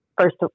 first